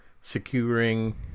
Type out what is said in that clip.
securing